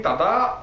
tada